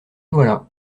voilà